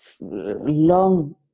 long